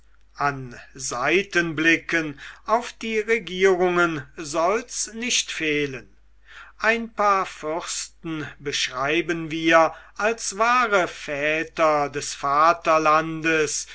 an seitenblicken auf die regierungen soll's nicht fehlen ein paar fürsten beschreiben wir als wahre väter des vaterlandes